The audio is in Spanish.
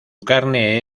carne